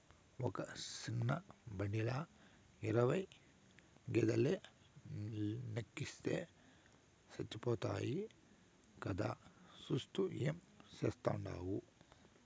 ఒక సిన్న బండిల ఇరవై గేదేలెనెక్కిస్తే సచ్చిపోతాయి కదా, సూత్తూ ఏం చేస్తాండావు